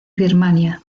birmania